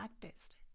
practiced